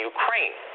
Ukraine